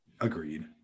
Agreed